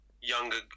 younger